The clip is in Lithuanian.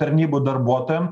tarnybų darbuotojam